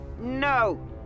No